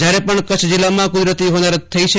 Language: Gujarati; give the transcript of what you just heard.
જયારે પણ કચ્છ જીલ્લામાં કુદરતી હોનારત થઇ છે